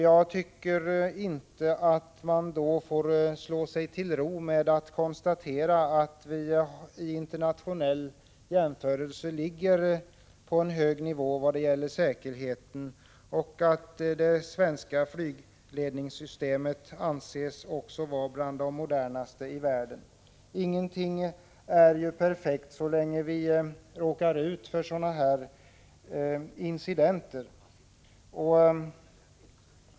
Jag tycker inte att man då får slå sig till ro med att konstatera att vi vid en internationell jämförelse ligger högt i fråga om säkerheten och att det svenska flygledningsystemet anses vara bland de modernaste i världen. Ingenting är perfekt så länge vi råkar ut för sådana här incidenter.